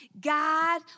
God